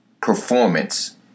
performance